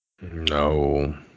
No